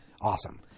awesome